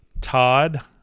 Todd